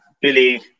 Billy